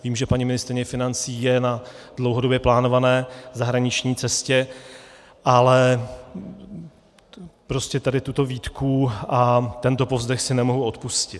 Vím, že paní ministryně financí je na dlouhodobě plánované zahraniční cestě, ale prostě tuto výtku a tento povzdech si nemohu odpustit.